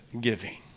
giving